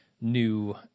new